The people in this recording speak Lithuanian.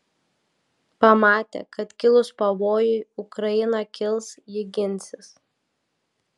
pamatė kad kilus pavojui ukraina kils ji ginsis